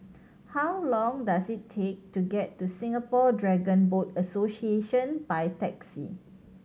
how long does it take to get to Singapore Dragon Boat Association by taxi